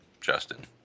Justin